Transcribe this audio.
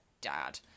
dad